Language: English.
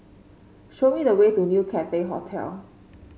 show me the way to New Cathay Hotel